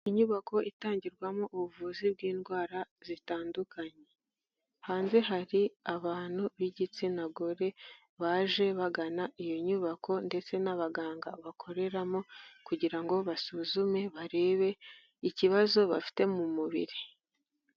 Inyubako itangirwamo ubuvuzi bw'indwara zitandukanye. Hanze hari abantu b'igitsina gore baje bagana iyo nyubako ndetse n'abaganga bakoreramo kugira ngo basuzume barebe ikibazo bafite mu mubiri.